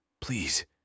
please